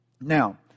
now